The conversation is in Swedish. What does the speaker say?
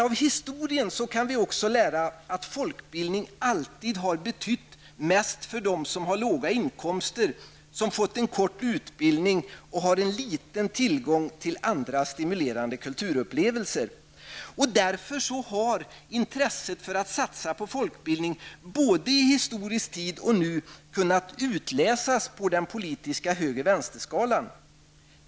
Av historien kan vi också lära att folkbildning alltid har betytt mest för dem som har låga inkomster, som fått en kort utbildning och har liten tillgång till andra stimulerande kulturupplevelser. Av den anledning har intresset för att satsa på folkbildning både i historisk tid och nu kunnat utläsas på den politiska höger -- vänsterskalan.